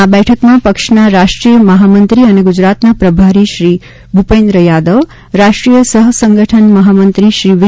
આ બેઠકમાં પક્ષના રાષ્ટ્રીય મહામંત્રી અને ગુજરાતના પ્રભારી શ્રી ભુપેન્દ્ર યાદવ રાષ્ટ્રીય સહ સંગઠમ મહામંત્રી શ્રી વી